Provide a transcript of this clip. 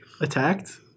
Attacked